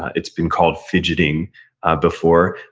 it's been called fidgeting before,